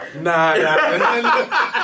nah